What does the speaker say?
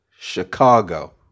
Chicago